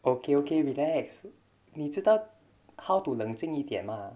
okay okay relax 你知道 how to 冷静一点吗